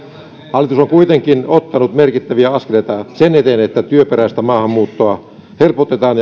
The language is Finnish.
hallitus on kuitenkin ottanut merkittäviä askeleita sen eteen että työperäistä maahanmuuttoa helpotetaan